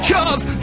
Cause